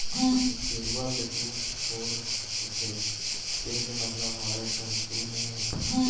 गेरवा के दू छोर होथे केहे के मतलब हवय एखर दू मुहूँ होथे